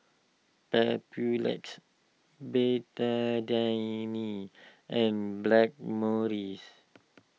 Papulex Betadine and Blackmores